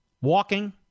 walking